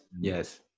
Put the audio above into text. Yes